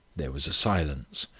there was a silence,